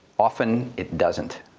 often it doesn't.